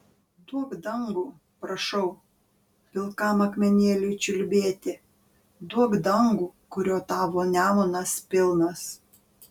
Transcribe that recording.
duok dangų prašau pilkam akmenėliui čiulbėti duok dangų kurio tavo nemunas pilnas